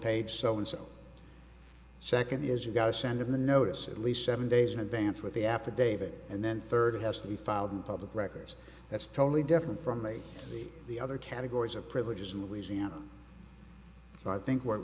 tape so and so second is you've got to send in the notice at least seven days in advance with the affidavit and then third has to be filed in public records that's totally different from the the other categories of privileges in louisiana so i think we're